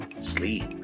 Sleep